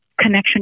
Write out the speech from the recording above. connection